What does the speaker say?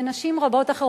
ונשים רבות אחרות.